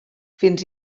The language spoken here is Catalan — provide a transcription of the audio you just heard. fins